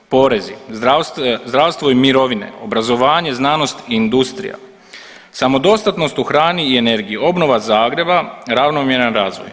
Porezi, zdravstvo i mirovine, obrazovanje, znanost i industrija, samodostatnost u hrani i energiji, obnova Zagreba, ravnomjeran razvoj.